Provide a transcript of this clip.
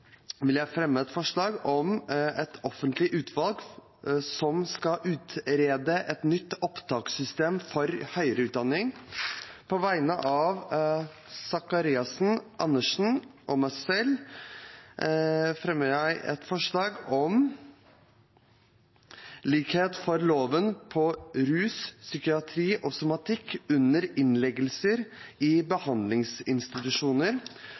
vil jeg fremme et forslag om et offentlig utvalg som skal utrede et nytt opptakssystem for høyere utdanning. På vegne av representantene Eirik Faret Sakariassen, Karin Andersen og meg selv vil jeg fremme et forslag om likhet for loven på rus, psykiatri og somatikk under innleggelse i